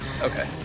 Okay